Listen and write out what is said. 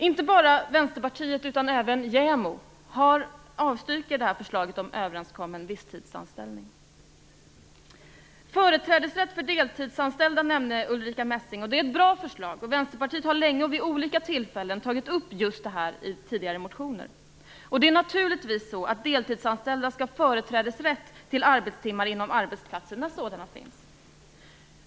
Inte bara Vänsterpartiet utan även JämO Ulrica Messing nämnde företrädesrätt för deltidsanställda. Det är ett bra förslag. Vänsterpartiet har vid olika tillfällen tagit upp just detta i tidigare motioner. Det är naturligtvis så att deltidsanställda skall ha företrädesrätt till arbetstimmar inom arbetsplatsen när sådana finns.